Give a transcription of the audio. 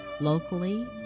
locally